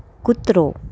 કૂતરો